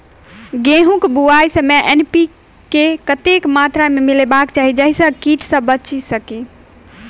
गेंहूँ केँ बुआई समय एन.पी.के कतेक मात्रा मे मिलायबाक चाहि जाहि सँ कीट सँ बचि सकी?